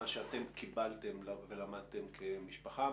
מה שאתם קיבלתם ולמדתם כמשפחה,